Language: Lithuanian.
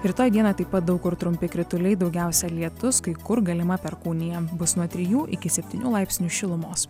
rytoj dieną taip pat daug kur trumpi krituliai daugiausia lietus kai kur galima perkūnija bus nuo trijų iki septynių laipsnių šilumos